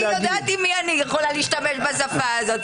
אני יודעת עם מי אני יכולה להשתמש בשפה הזו.